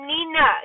Nina